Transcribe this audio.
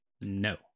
no